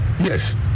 Yes